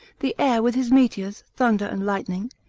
the air with his meteors, thunder and lightning,